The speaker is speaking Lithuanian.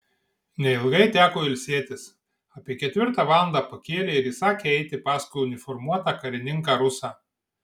neilgai teko ilsėtis apie ketvirtą valandą pakėlė ir įsakė eiti paskui uniformuotą karininką rusą